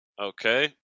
Okay